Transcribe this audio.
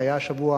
שהיה השבוע